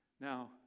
Now